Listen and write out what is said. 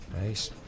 Nice